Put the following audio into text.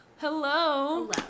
Hello